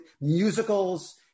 Musicals